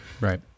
Right